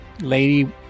lady